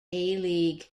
league